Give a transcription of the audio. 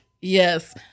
yes